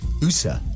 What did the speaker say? Usa